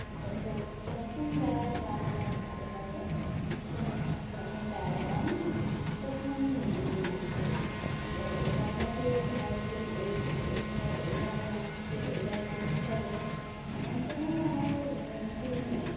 যত যখন যার গান আমার ভালো লাগে তখন আমি তার গান তখন আমি নাচ করি যে এই গানটাতেই আমার রুটিন এই এই সময় এই গান নাচতে এই গানে নাচতে হবে এমন কোনো আমার মানে রুটিন নেই